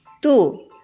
two